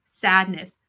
sadness